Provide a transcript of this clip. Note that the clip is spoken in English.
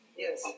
Yes